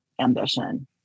ambition